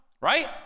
right